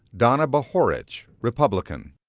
donna bahorich, republican.